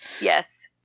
Yes